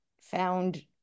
found